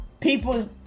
people